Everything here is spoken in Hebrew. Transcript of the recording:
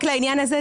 רק לעניין הזה,